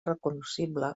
recognoscible